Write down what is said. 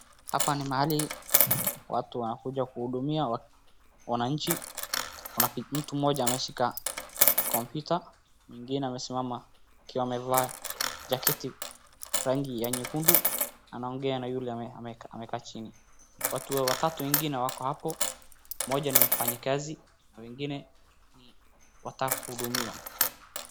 Hapa ni mahali watu wanakuja kuhudumia wananchi, kuna mtu mmoja ameshika kompyuta, mwingine amesimama akiwa amevaa jaketi rangi ya nyekundu anaongea na yule amekaa chini. Watu watatu wengine wako pale, mmoja ni mfanyikazi na wengine wanataka kuhudumiwa.